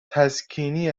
تسکینی